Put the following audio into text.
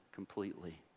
completely